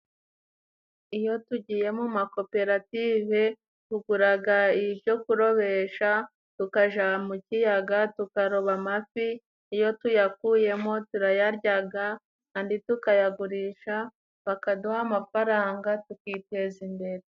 Iyo tugiye mu makoperative tuguraga icyo kurobesha tukaja mu kiyaga tukaroba amafi iyo tuyakuyemo turayaryaga andi tukayagurisha bakaduha amafaranga tukiteza imbere.